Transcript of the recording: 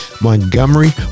Montgomery